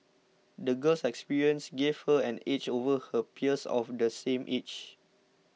the girl's experiences gave her an edge over her peers of the same age